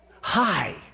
Hi